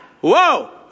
Whoa